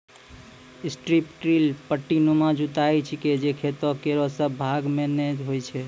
strip till पट्टीनुमा जुताई छिकै जे खेतो केरो सब भाग म नै होय छै